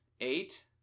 eight